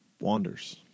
wanders